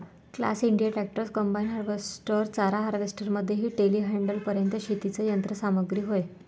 class India tractors, combine harvester, चारा harvester मध्ये टेलीहँडलरपर्यंत शेतीची यंत्र सामग्री होय